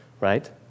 right